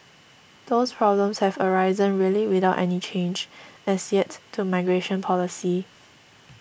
those problems have arisen really without any change as yet to migration policy